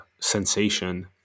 sensation